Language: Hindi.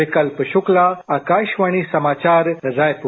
विकल्प शुक्ला आकाशवाणी समाचार रायपुर